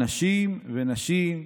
אנשים, ונשים,